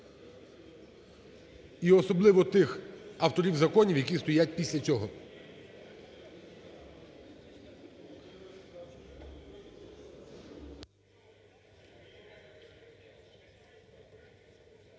і особливо тих авторів законів, які стоять після цього.